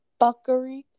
fuckery